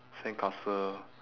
sandcastle